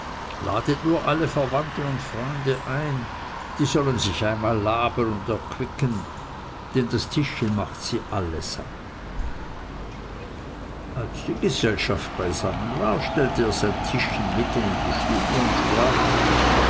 ladet nur alle verwandte und freunde ein die sollen sich einmal laben und erquicken denn das tischchen macht sie alle satt als die gesellschaft beisammen war stellte er sein tischchen mitten in die stube und sprach